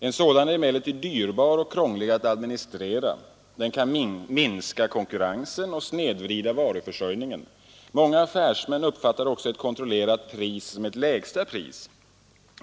En sådan är emellertid dyrbar och krånglig att administrera. Den kan minska konkurrensen och snedvrida varuförsörjningen. Många affärsmän uppfattar också ett kontrollerat pris som ett lägsta pris.